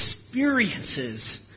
experiences